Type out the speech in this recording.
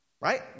Right